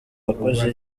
wakoze